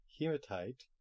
hematite